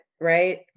right